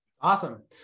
Awesome